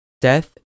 death